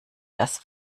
das